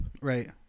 Right